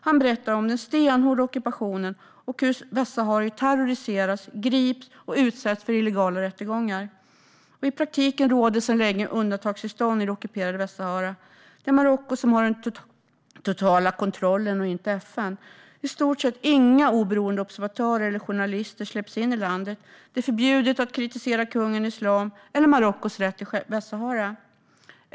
Han berättade om den stenhårda ockupationen och hur västsaharier terroriseras, grips och utsätts för illegala rättegångar. I praktiken råder sedan länge undantagstillstånd i det ockuperade Västsahara. Marocko har den totala kontrollen, inte FN. I stort sett inga oberoende observatörer eller journalister släpps in i landet. Det är förbjudet att kritisera kungen, islam eller Marockos rätt till Västsahara.